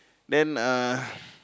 then uh